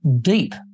deep